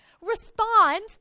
respond